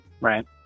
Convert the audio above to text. right